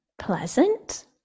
Pleasant